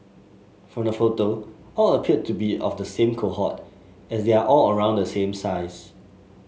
from the photo all appear to be of the same cohort as they are all around the same size